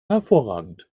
hervorragend